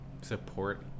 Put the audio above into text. support